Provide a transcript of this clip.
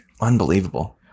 Unbelievable